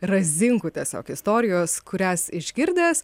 razinkų tiesiog istorijos kurias išgirdęs